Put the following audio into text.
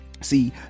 see